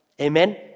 Amen